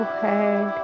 head